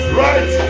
right